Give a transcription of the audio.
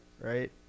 right